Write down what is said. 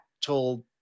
told